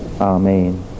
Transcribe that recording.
Amen